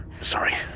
Sorry